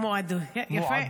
מועדות, יפה.